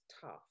tough